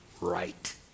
right